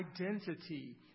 identity